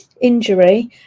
Injury